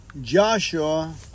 Joshua